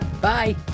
Bye